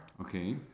Okay